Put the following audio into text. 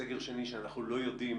סגר שני, שאנחנו לא יודעים